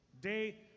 Day